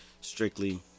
Strictly